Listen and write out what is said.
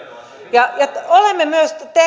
ja olemme myös